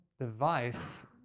device